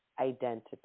identity